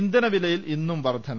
ഇന്ധനവിലയിൽ ഇന്നും വർധന